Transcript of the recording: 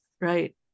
Right